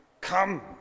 Come